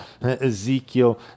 Ezekiel